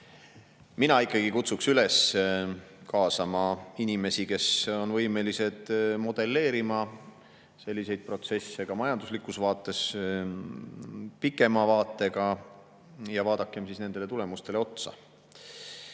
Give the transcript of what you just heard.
Mina ikkagi kutsuks üles kaasama inimesi, kes on võimelised modelleerima selliseid protsesse ka majanduslikus vaates, pikema vaatega, ja vaadakem siis nendele tulemustele otsa. Aga